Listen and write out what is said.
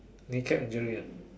knee cap injury ah